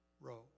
row